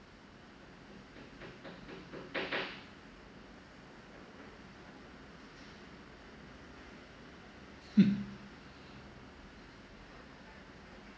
hmm